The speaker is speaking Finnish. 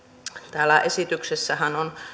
täällä esityksessähän on